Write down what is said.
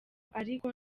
ariko